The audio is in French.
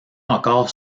encore